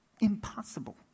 Impossible